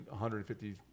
150